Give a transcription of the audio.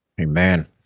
Amen